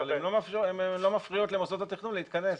אבל הן לא מפריעות למוסדות התכנון להתכנס.